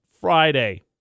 Friday